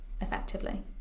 effectively